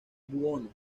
buono